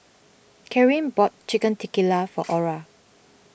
Carin bought Chicken Tikka for Ora